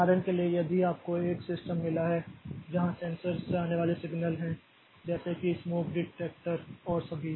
उदाहरण के लिए यदि आपको एक सिस्टम मिला है जहां सेंसर से आने वाले सिग्नल हैं जैसे कि स्मोक डिटेक्टर और सभी